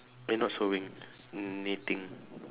eh not sowing knitting